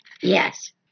Yes